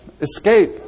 escape